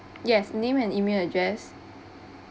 yes name and email address